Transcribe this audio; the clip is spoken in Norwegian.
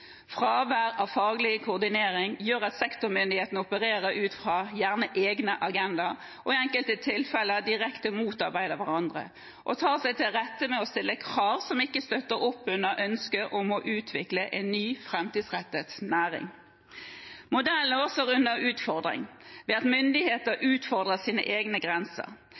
Fravær av faglig koordinering gjør at sektormyndighetene opererer ut fra egne agendaer og i enkelte tilfeller direkte motarbeider hverandre og tar seg til rette med å stille krav som ikke støtter opp under ønsket om å utvikle en ny framtidsrettet næring. Modellen er også utfordret ved at myndigheter utfordrer sine egne grenser.